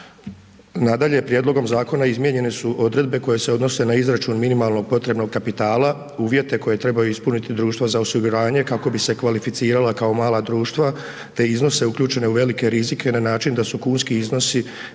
Nadalje, prijedlogom zakona izmijenjene su odredbe koje se odnose na izračun minimalnog potrebnog kapitala, uvjete koje trebaju ispuniti društva za osiguranje kako bi se kvalificirala kao mala društva te iznose uključene u velike rizike na način da su kunski iznosi